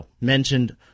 mentioned